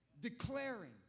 declaring